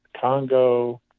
Congo